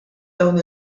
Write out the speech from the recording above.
dawn